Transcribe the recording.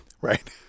Right